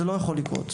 זה לא יכול לקרות;